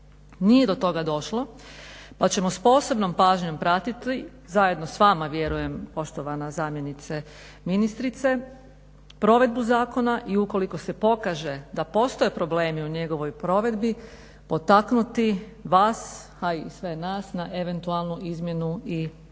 Nije do toga došlo pa ćemo s posebnom pažnjom pratiti zajedno s vama vjerujem poštovana zamjenice ministrice provedbu zakona i ukoliko se pokaže da postoje problemi u njegovoj provedbi potaknuti vas, a i sve nas, na eventualnu izmjenu i dopunu.